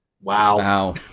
Wow